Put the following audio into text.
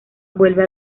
vuelve